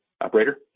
Operator